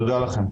תודה לכם.